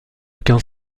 aucun